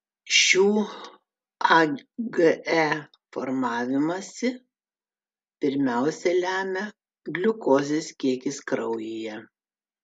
šių age formavimąsi pirmiausia lemia gliukozės kiekis kraujyje